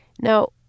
Now